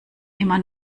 immer